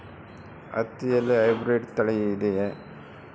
ಹತ್ತಿಯಲ್ಲಿ ಹೈಬ್ರಿಡ್ ತಳಿ ಇದೆಯೇ?